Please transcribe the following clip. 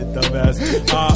Dumbass